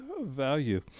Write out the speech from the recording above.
value